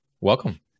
Welcome